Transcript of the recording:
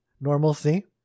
normalcy